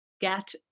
get